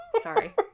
sorry